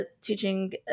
teaching